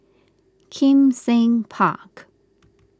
Kim Seng Park